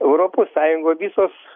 europos sąjungoj visos